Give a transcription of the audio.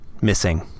missing